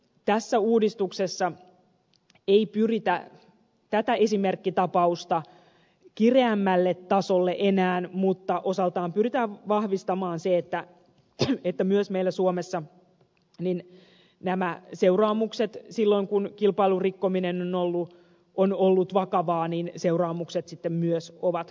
tässä uudistuksessa ei pyritä enää tätä esimerkkitapausta kireämmälle tasolle mutta osaltaan pyritään vahvistamaan se että myös meillä suomessa nämä seuraamukset silloin kun kilpailun sääntöjen rikkominen on ollut vakavaa myös ovat sitten vakavia